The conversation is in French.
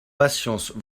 patience